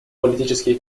политические